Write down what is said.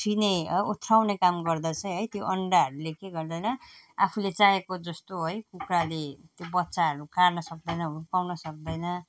ओथ्रिने ओथ्राउने काम गर्दा चाहिँ है त्यो अन्डाहरूले के गर्दैन आफूले चाहेको जस्तो है कुखुराले त्यो बच्चाहरू काड्न सक्दैन हुर्काउन सक्दैन